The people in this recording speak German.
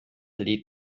lädt